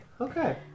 Okay